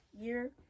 year